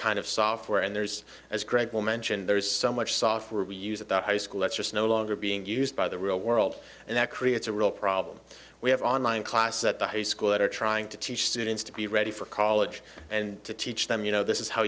kind of software and there's as greg will mentioned there's so much software we use at the high school that's just no longer being used by the real world and that creates a real problem we have online classes at the high school that are trying to teach students to be ready for college and to teach them you know this is how